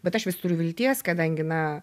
bet aš vis turiu vilties kadangi na